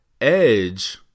Edge